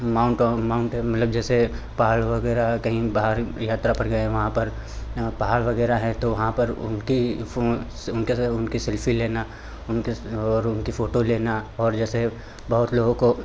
mount Abu mount Abu मतलब जैसे पहाड़ वगैरह कहीं बाहर यात्रा पर गए वहाँ पर पहाड़ वगैरह है तो वहाँ पर उनकी फ़ोन से उनके साथ उनकी सेल्फ़ी लेना उनके और उनकी फ़ोटो लेना और जैसे बहुत लोगों को